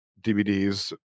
dvds